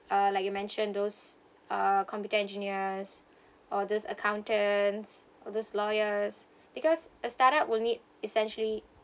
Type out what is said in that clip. uh like you mention those uh computer engineers all those accountants all those lawyers because a startup will need essentially